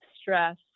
stress